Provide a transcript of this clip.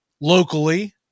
locally